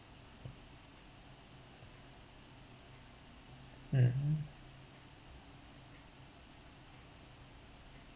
mmhmm